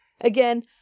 Again